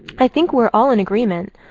i think we're all in agreement.